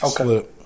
Okay